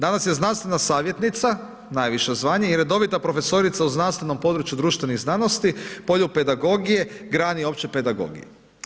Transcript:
Danas je znanstvena savjetnica, najviše zvanje, i redovita profesorica u znanstvenom području društvenih znanosti, polju pedagogije, grani opće pedagogije.